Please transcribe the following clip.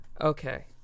Okay